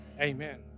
Amen